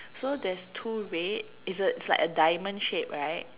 so there's two red it's a it's like a diamond shape